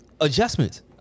adjustments